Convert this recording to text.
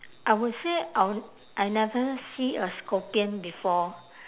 I would say I would I never see a scorpion before